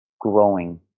growing